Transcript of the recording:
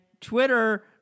Twitter